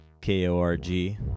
K-O-R-G